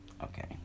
Okay